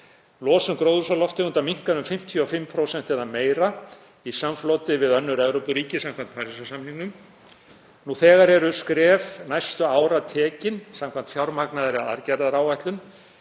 Losun gróðurhúsalofttegunda minnkar um 55% eða meira í samfloti við önnur Evrópuríki samkvæmt Parísarsamningnum. Nú þegar eru skref næstu ára tekin samkvæmt fjármagnaðri aðgerðaáætlun